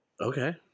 okay